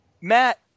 Matt